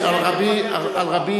על רבי